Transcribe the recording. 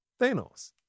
Thanos